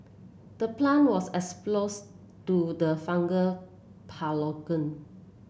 the plant was exposed to the fungal pathogen